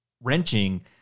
wrenching